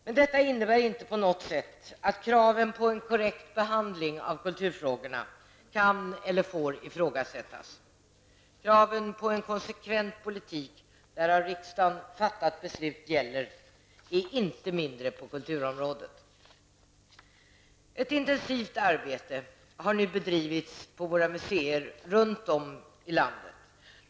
Men detta innebär inte på något sätt att kraven på en korrekt behandling av kulturfrågorna kan eller får ifrågasättas. Kraven på en konsekvent politik, där av riksdagen fattat beslut gäller, är inte mindre på kulturområdet. Ett intensivt arbete har nu bedrivits på våra museer runt om i landet.